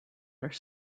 are